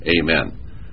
amen